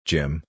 Jim